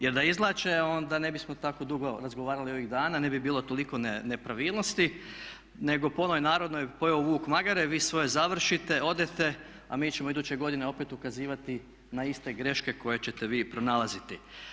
Jer da izvlače onda ne bismo tako dugo razgovarali ovih dana, ne bi bilo toliko nepravilnosti nego po onoj narodnoj pojeo vuk magare, vi svoje završite, odete, a mi ćemo iduće godine opet ukazivati na iste greške koje ćete vi pronalaziti.